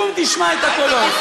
קום תשמע את הקולות.